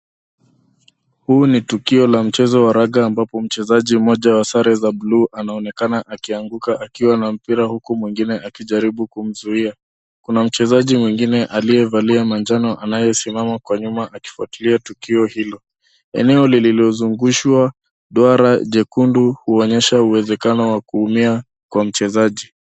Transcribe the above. Huu ni tukio la mchezo wa raga ambapo mchezaji mmoja wa sare za bluu anaonekana akianguka akiwa na mpira huku mwingine akijaribu kumzuia. Kuna mchezaji mwingine aliyevalia manjano anayesimama kwa nyuma akifuatilia tukio hilo. Eneo lililozungushwa duara jekundu huonyesha uwezekano wa kuumia kwa mchezaji.